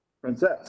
Princess